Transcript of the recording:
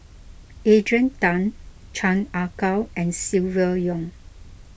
Adrian Tan Chan Ah Kow and Silvia Yong